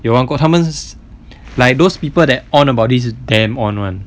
有玩过他们是 like those people that on about this is damn on [one]